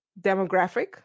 demographic